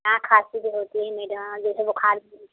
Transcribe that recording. हाँ खाँसी भी होती है मैडम अब जैसे बुखार भी